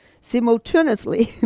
Simultaneously